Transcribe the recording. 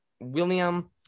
William